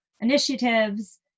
initiatives